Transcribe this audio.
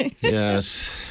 Yes